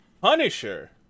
Punisher